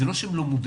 זה לא שהם לא מודעים,